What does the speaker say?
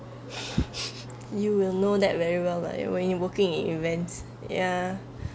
you will know that very well lah when you working in events ya